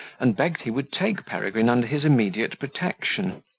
and begged he would take peregrine under his immediate protection.